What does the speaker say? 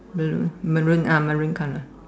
balloon Maroon ah Maroon colour